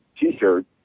T-shirt